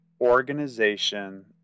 organization